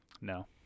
No